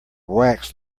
wax